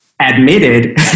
Admitted